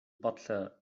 potser